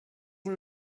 ihn